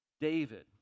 David